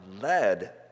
led